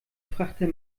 frachter